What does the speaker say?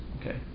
Okay